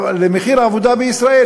למחיר עבודה בישראל,